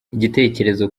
igitekerezo